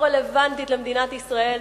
לא רלוונטית למדינת ישראל,